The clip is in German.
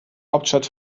hauptstadt